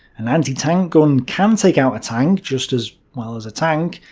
an anti-tank gun can take out a tank just as well as a tank,